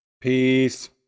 peace